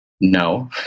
no